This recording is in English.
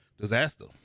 disaster